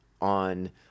on